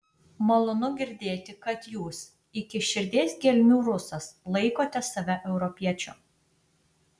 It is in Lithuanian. malonu girdėti kad jūs iki širdies gelmių rusas laikote save europiečiu